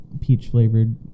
peach-flavored